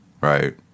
Right